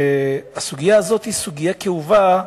הסוגיה הזאת היא סוגיה כאובה,